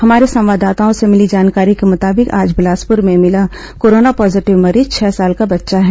हमारे संवाददाताओं से मिली जानकारी के मुताबिक आज बिलासपुर में मिला कोरोना पॉजीटिव मरीज छह साल का बच्चा है